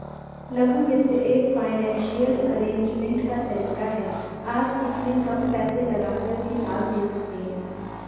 लघु वित्त एक फाइनेंसियल अरेजमेंट का तरीका है आप इसमें कम पैसे लगाकर भी लाभ ले सकते हैं